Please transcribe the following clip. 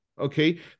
okay